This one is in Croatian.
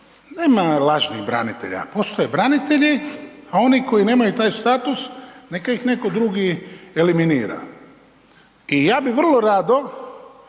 nema lažnih branitelja. Postoje branitelji, a oni koji nemaju taj status neka ih neko drugi eliminira. I ja bih vrlo rado